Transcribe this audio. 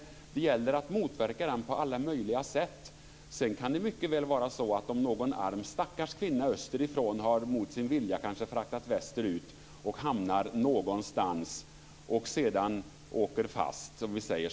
Det gäller att motverka den på alla möjliga sätt. Men sedan kan det mycket väl vara så att någon stackars kvinna österifrån mot sin vilja kanske fraktats västerut och sedan hamnar någonstans där hon åker fast så att säga.